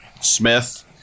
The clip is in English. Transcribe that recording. smith